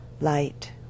light